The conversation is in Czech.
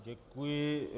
Děkuji.